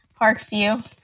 Parkview